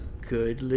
good